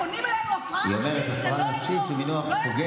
פונים אלינו, "הפרעה נפשית" זה לא יפה.